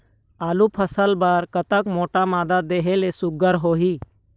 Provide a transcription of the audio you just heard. आलू फसल बर कतक मोटा मादा देहे ले सुघ्घर होही?